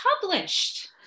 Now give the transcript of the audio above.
published